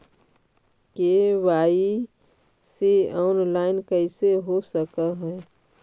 KYC online कैसे हो सक है?